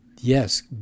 Yes